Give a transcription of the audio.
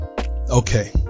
Okay